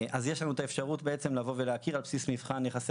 אז יש לנו את האפשרות להכיר על בסיס מבחן יחסי